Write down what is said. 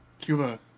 Cuba